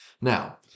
Now